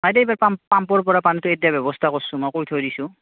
নাই দে এইবাৰ পাম্প পাম্পৰ পৰা পানীটো এৰি দিয়াৰ ব্যৱস্থা কৰিছোঁ মই কৈ থৈ দিছোঁ